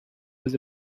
was